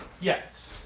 Yes